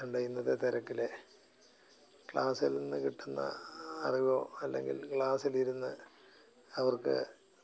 അല്ലാണ്ട് ഇന്നത്തെ തിരക്കിൽ ക്ലാസ്സിൽ നിന്ന് കിട്ടുന്ന അറിവോ അല്ലെങ്കിൽ ക്ലാസ്സിൽ ഇരുന്ന് അവർക്ക്